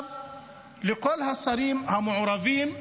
מכתב לכל השרים המעורבים,